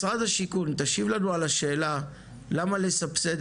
משרד השיכון תשיב לנו על השאלה למה לסבסד